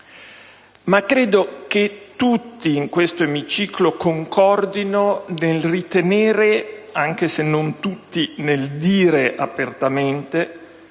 Ma credo che in questo emiciclo tutti concordino nel ritenere (anche se non tutti nel dire apertamente)